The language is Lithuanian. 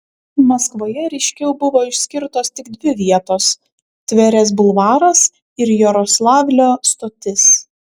maskvoje ryškiau buvo išskirtos tik dvi vietos tverės bulvaras ir jaroslavlio stotis